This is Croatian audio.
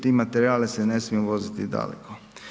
Ti materijali se ne smiju voziti daleko.